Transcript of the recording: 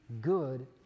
good